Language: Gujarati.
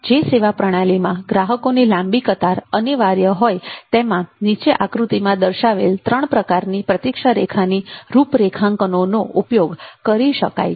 જે સેવા પ્રણાલીમાં ગ્રાહકોની લાંબી કતાર અનિવાર્ય હોય તેમાં નીચે આકૃતિ માં દર્શાવેલ ત્રણ પ્રકારની પ્રતીક્ષા રેખાની રૂપરેખાંકનો નો ઉપયોગ કરી શકાય છે